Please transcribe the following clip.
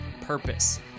purpose